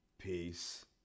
Peace